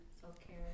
self-care